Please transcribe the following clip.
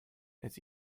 its